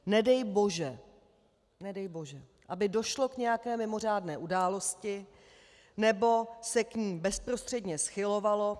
Nedej bože, nedej bože, aby došlo k nějaké mimořádné události nebo se k ní bezprostředně schylovalo.